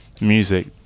music